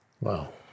Wow